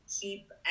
keep